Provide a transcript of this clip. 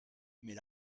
mais